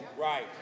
Right